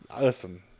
listen